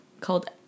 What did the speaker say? called